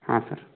ಹಾಂ ಸರ್